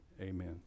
Amen